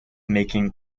making